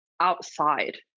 outside